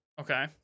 okay